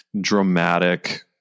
dramatic